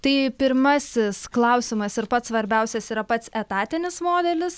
tai pirmasis klausimas ir pats svarbiausias yra pats etatinis modelis